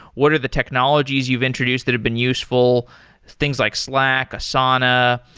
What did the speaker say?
what are the technologies you've introduced that have been useful things like slack, asana,